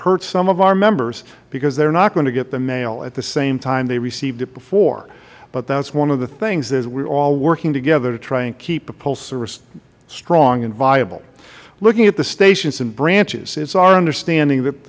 hurts some of our members because they are not going to get the mail at the same time they received it before but that is one of the things that we are all working together to try to keep the postal service strong and viable looking at the stations and branches it is our understanding that